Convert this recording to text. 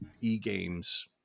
e-games